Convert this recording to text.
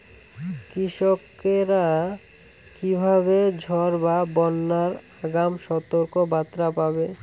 কৃষকেরা কীভাবে ঝড় বা বন্যার আগাম সতর্ক বার্তা পাবে?